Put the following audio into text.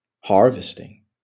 harvesting